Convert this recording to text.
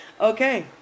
Okay